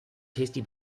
tasty